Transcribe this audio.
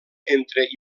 entre